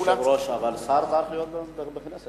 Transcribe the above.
דוד רותם, שגם לו יהיו חמש דקות.